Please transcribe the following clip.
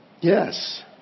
Yes